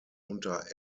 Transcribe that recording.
unter